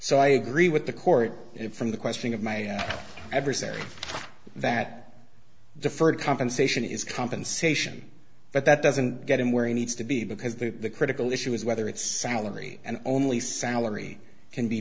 so i agree with the court it from the question of my adversary that deferred compensation is compensation but that doesn't get him where he needs to be because the critical issue is whether it's salary and only salary can be